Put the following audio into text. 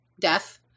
Death